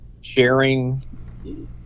sharing